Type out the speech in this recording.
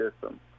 system